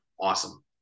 awesome